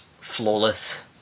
flawless